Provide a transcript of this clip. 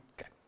Okay